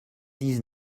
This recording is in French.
dix